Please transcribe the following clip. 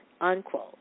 unquote